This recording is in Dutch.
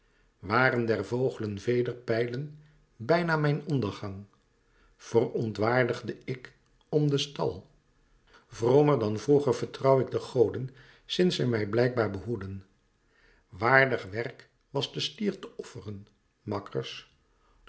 waren der vogelen vederpijlen bijna mijn ondergang verontwaardigde ik om den stal vromer dan vroeger vertrouw ik de goden sinds zij mij blijkbaar behoeden waardig werk was den stier te offeren makkers